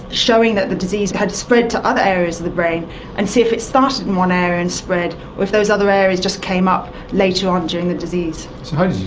showing that the disease had spread to other areas of the brain and see if it started in one area and spread or if those other areas just came up later on during the disease. so